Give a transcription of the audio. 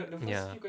ya